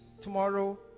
tomorrow